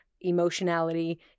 emotionality